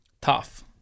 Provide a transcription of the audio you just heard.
tough